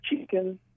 chicken